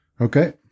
Okay